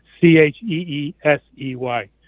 C-H-E-E-S-E-Y